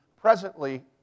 presently